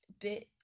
bit